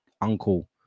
uncle